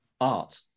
art